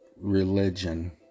religion